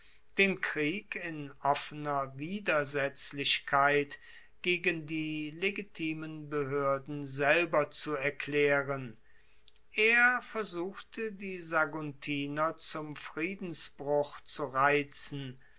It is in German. den krieg in offener widersetzlichkeit gegen die legitimen behoerden selber zu erklaeren er versuchte die saguntiner zum friedensbruch zu reizen